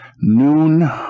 noon